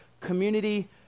community